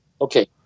Okay